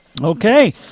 Okay